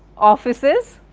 offices,